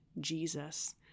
Jesus